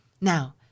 Now